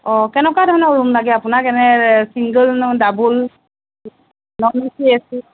অ কেনেকুৱা ধৰণৰ ৰুম লাগে আপোনাক এনে চিংগোল নে double non A C A C